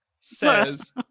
says